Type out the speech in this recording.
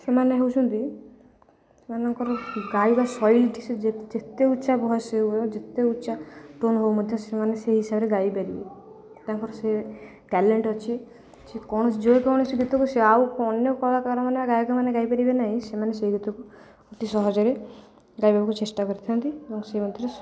ସେମାନେ ହେଉଛନ୍ତି ସେମାନଙ୍କର ଗାଇବା ଶୈଳୀ ଟି ସେ ଯେତେ ଉଚ୍ଚା ଭଏସ୍ ହେଉ ଯେତେ ଉଚ୍ଚା ଟୋନ୍ ହେଉ ମଧ୍ୟ ସେମାନେ ସେଇ ହିସାବରେ ଗାଇପାରିବେ ତାଙ୍କର ସେ ଟେଲେଣ୍ଟ୍ ଅଛି ସେ କୌଣସି ଯେକୌଣସି ଗୀତକୁ ସେ ଆଉ ଅନ୍ୟ କଳାକାରମାନେ ଗାୟକମାନେ ଗାଇପାରିବେ ନାହିଁ ସେମାନେ ସେଇ ଗୀତକୁ ଅତି ସହଜରେ ଗାଇବାକୁ ଚେଷ୍ଟା କରିଥାନ୍ତି ଏବଂ ସେମ୍ରେ